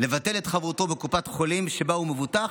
לבטל את חברותו בקופת חולים שבה הוא מבוטח